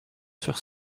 sur